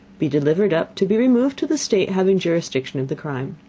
be delivered up, to be removed to the state having jurisdiction of the crime.